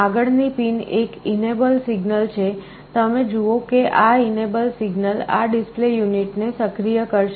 આગળની પિન એક enable signal છે તમે જુઓ કે આ enable સિગ્નલ આ ડિસ્પ્લે યુનિટ ને સક્રિય કરશે